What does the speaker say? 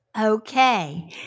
Okay